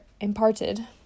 imparted